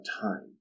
time